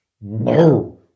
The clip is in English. No